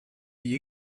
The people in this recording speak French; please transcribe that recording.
fit